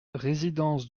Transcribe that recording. résidence